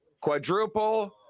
quadruple